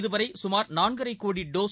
இதுவரைசுமார் நான்கரைகோடிடோஸ்